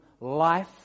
life